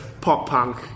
pop-punk